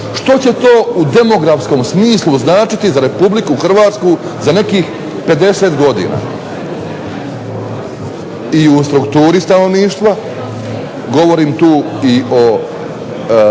Što će to u demografskom smislu značiti za RH za nekih 50 godina i u strukturi stanovništva? Govorim tu i o